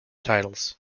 titles